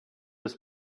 was